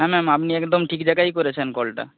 হ্যাঁ ম্যাম আপনি একদম ঠিক জায়গায়ই করেছেন কলটা